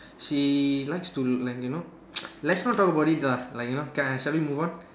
she likes to like you know let's not talk about it lah like you know okay shall we move on